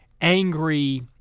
angry